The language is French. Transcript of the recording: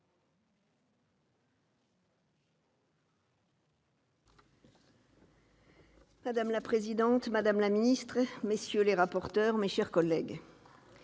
Madame la présidente, madame la ministre, monsieur le rapporteur, mes chers collègues,